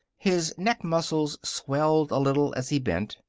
his neck muscles swelled a little as he bent.